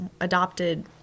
adopted